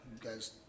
guys